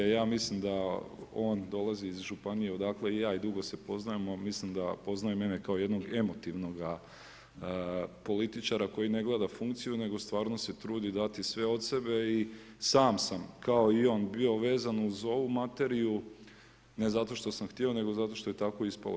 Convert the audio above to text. Ja mislim da on dolazi iz županije odakle i ja i dugo se poznajemo, mislim da poznaje mene kao jednoga emotivnoga političara koji ne gleda funkciju nego stvarno se trudi dati sve od sebe i sam sam kao i on bio vezan uz ovu materiju, ne zato što sam htio nego zato što je tako ispalo.